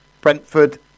Brentford